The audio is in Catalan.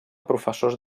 professors